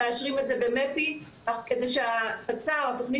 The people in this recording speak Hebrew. מאשרים את זה במפ"י כדי שתצ"ר תוכנית